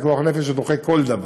פיקוח נפש דוחה כל דבר.